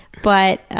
but, ah,